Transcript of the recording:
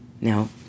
Now